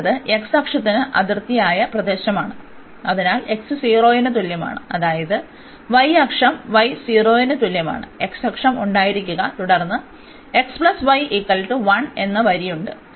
R എന്നത് x അക്ഷത്തിന് അതിർത്തിയായ പ്രദേശമാണ് അതിനാൽ x 0 ന് തുല്യമാണ് അതായത് y അക്ഷം y 0 ന് തുല്യമാണ് x അക്ഷം ഉണ്ടായിരിക്കുക തുടർന്ന് എന്ന വരിയുണ്ട്